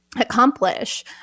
accomplish